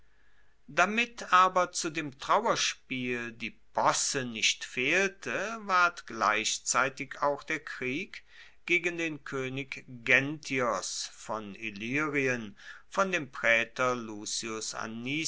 damit aber zu dem trauerspiel die posse nicht fehlte ward gleichzeitig auch der krieg gegen den koenig genthios von illyrien von dem praetor